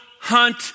hunt